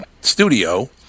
studio